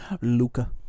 Luca